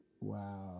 Wow